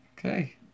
okay